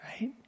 Right